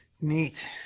Neat